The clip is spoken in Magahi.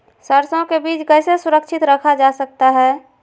सरसो के बीज कैसे सुरक्षित रखा जा सकता है?